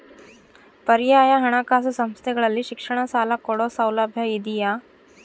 ಪರ್ಯಾಯ ಹಣಕಾಸು ಸಂಸ್ಥೆಗಳಲ್ಲಿ ಶಿಕ್ಷಣ ಸಾಲ ಕೊಡೋ ಸೌಲಭ್ಯ ಇದಿಯಾ?